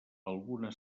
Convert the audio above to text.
alguna